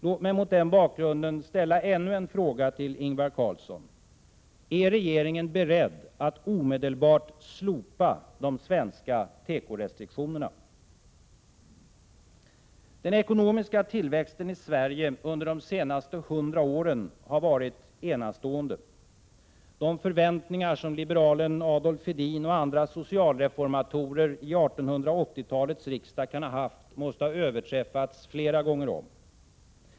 Låt mig mot den bakgrunden ställa ännu en fråga till Ingvar Carlsson: Är regeringen beredd att omedelbart slopa de svenska tekorestriktionerna? Den ekonomiska tillväxten i Sverige under de senaste hundra åren har varit enastående. De förväntningar som liberalen Adolf Hedin och andra socialreformatorer i 1880-talets riksdag kan ha haft måste ha överträffats flera gånger om.